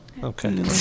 Okay